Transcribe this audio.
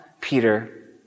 Peter